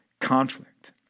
conflict